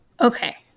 Okay